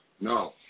no